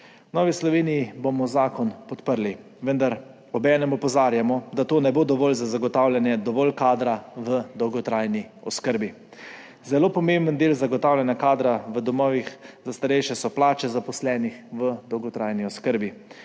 V Novi Sloveniji bomo zakon podprli. Vendar obenem opozarjamo, da to ne bo dovolj za zagotavljanje zadostnega kadra v dolgotrajni oskrbi. Zelo pomemben del zagotavljanja kadra v domovih za starejše so plače zaposlenih v dolgotrajni oskrbi.